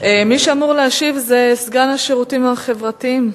מי שאמור להשיב זה שר השירותים החברתיים,